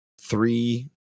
three